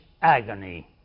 agony